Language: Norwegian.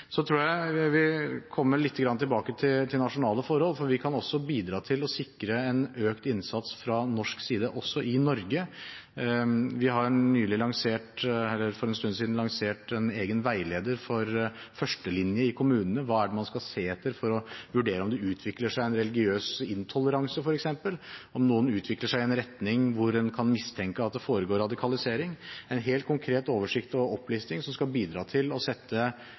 Så vil jeg komme litt tilbake til nasjonale forhold, for vi kan også bidra til å sikre en økt innsats fra norsk side, også i Norge. Vi lanserte for en stund siden en egen veileder for førstelinjen i kommunene om hva det er man skal se etter for å vurdere om det utvikler seg religiøs intoleranse, f.eks., om noen utvikler seg i en retning hvor en kan mistenke at det foregår radikalisering – en helt konkret oversikt og opplisting som skal bidra til å sette